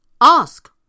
Ask